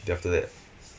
then after that